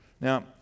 now